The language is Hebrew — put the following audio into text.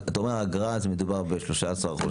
אתה אומר אגרה זה מדובר ב-13%-12%.